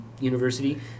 university